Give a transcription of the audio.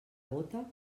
bóta